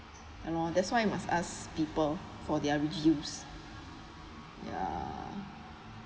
ya lor that's why must ask people for their reviews ya